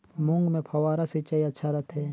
मूंग मे फव्वारा सिंचाई अच्छा रथे?